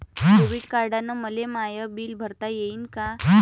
Debit कार्डानं मले my bill भरता येईन का?